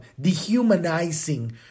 dehumanizing